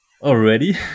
already